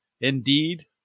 indeed